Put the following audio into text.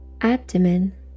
abdomen